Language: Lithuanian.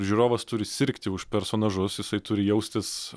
žiūrovas turi sirgti už personažus jisai turi jaustis